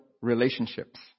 relationships